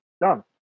done